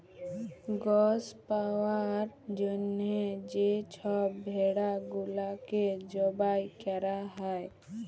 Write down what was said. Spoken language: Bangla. গস পাউয়ার জ্যনহে যে ছব ভেড়া গুলাকে জবাই ক্যরা হ্যয়